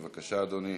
בבקשה, אדוני.